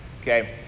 okay